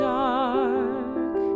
dark